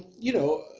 you know,